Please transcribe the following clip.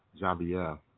Javier